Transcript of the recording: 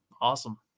awesome